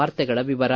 ವಾರ್ತೆಗಳ ವಿವರ